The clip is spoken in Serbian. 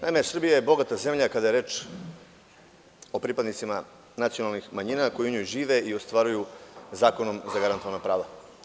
Naime, Srbija je bogata zemlja kada je reč o pripadnicima nacionalnih manjina koji u njoj žive i ostvaruju zakonom zagarantovana prava.